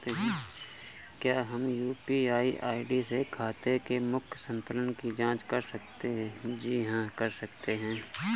क्या हम UPI ID से खाते के मूख्य संतुलन की जाँच कर सकते हैं?